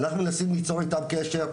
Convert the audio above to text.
אנחנו מנסים ליצור איתם קשר,